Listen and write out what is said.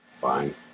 Fine